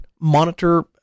monitor